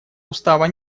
устава